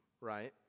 right